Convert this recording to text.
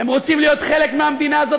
הם רוצים להיות חלק מהמדינה הזאת,